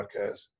Podcast